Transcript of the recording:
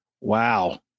wow